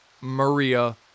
Maria